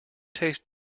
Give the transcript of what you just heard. tastes